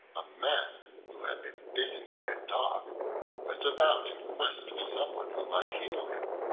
a man who had been bitten by a dog went about in quest of someone who might heal him.